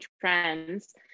trends